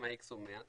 אם האיקס הוא 100,